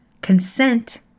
consent